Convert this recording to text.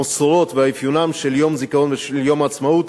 המסורות והאפיונים של יום הזיכרון ויום העצמאות